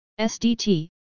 SDT